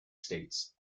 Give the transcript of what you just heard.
states